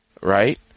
Right